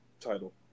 Title